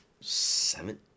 Seven